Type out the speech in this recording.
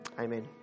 Amen